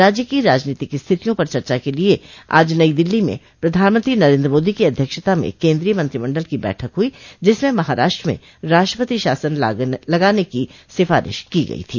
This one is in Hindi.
राज्य की राजनीतिक स्थितियों पर चर्चा के लिए आज नई दिल्ली में प्रधानमंत्री नरेन्द्र मोदी की अध्यक्षता में केन्द्रीय मंत्रिमण्डल की बैठक हुई जिसमें महाराष्ट्र में राष्ट्रपति शासन लगाने की सिफारिश की गयी थी